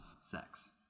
sex